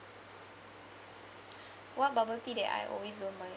what bubble tea that I always don't buy